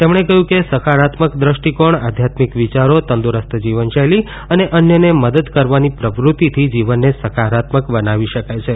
તેમણે કહ્યું કે સકારાત્મક દૃષ્ટિકોણ આધ્યાત્મિક વિયારો તંદુરસ્ત જીવનશૈલી અને અન્યને મદદ કરવાની પ્રવૃત્તિથી જીવનને સકારાત્મક બનાવી શકાય છે